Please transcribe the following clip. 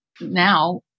Now